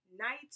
night